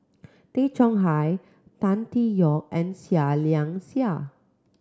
Tay Chong Hai Tan Tee Yoke and Seah Liang Seah